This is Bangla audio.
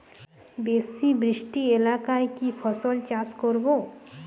বেশি বৃষ্টি এলাকায় কি ফসল চাষ করব?